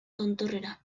tontorrera